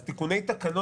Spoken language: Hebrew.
אז תיקוני תקנון,